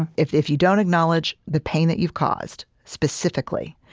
and if if you don't acknowledge the pain that you've caused, specifically,